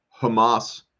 Hamas